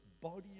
body